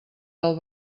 del